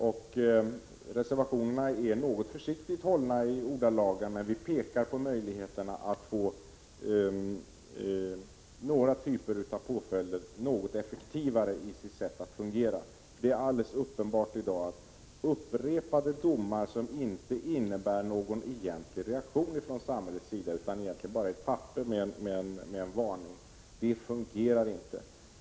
Ordalagen i reservationerna är försiktiga, men vi pekar på möjligheterna att få några typer av påföljder att fungera mera effektivt. Det är i dag helt klart att upprepade domar som inte innebär någon egentlig reaktion från samhällets sida utan bara är ett papper med en varning inte fungerar.